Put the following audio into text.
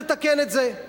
תתקן את זה.